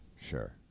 Sure